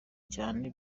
cyane